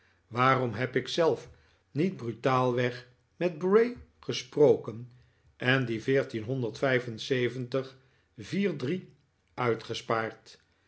waarom heb ik zelf niet brutaalweg met bray gesproken en die